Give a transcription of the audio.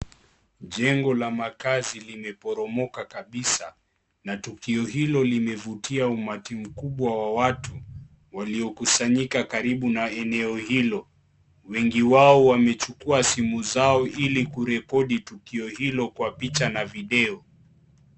Jengo la makazi limeboromoka kabisa na tukio hilo limevutia umati mkubwa wa watu waliokusanyika karibu na eneo hilo wengi wao wamechukua simu zao hili kurekodi tukio hilo kwa picha na video.